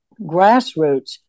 grassroots